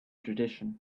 tradition